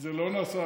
זה לא נעשה,